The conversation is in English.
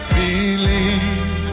believe